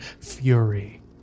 fury